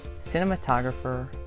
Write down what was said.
cinematographer